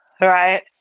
right